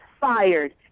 fired